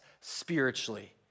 spiritually